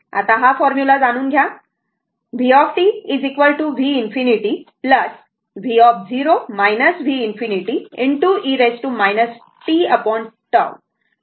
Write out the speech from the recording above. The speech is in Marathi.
आता हा फॉर्मुला जाणून घ्या v v ∞ v v∞ e tT